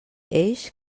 eix